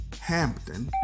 Hampton